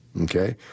Okay